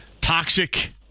toxic